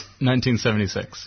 1976